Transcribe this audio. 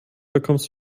bekommst